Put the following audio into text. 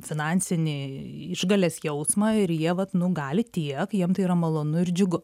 finansinį išgales jausmą ir jie vat nu gali tiek jiem tai yra malonu ir džiugu